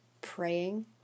Praying